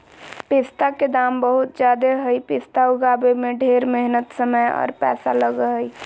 पिस्ता के दाम बहुत ज़्यादे हई पिस्ता उगाबे में ढेर मेहनत समय आर पैसा लगा हई